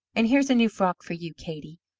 and here's a new frock for you, katey,